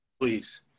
please